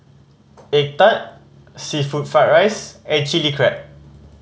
egg tart seafood fried rice and Chilli Crab